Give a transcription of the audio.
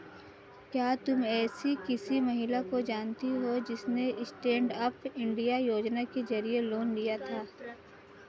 क्या तुम एसी किसी महिला को जानती हो जिसने स्टैन्डअप इंडिया योजना के जरिए लोन लिया था?